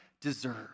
deserve